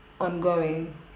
ongoing